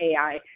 AI